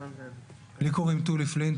לי קוראים תולי פלינט,